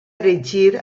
erigir